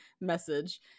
message